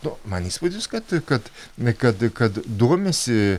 nu man įspūdis kad kad na kad kad domisi